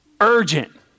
URGENT